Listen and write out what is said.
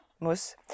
Muss